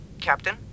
Captain